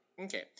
Okay